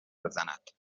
بزند